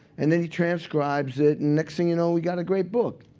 and then he transcribes it. and next thing you know, we got a great book.